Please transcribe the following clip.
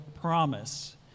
promise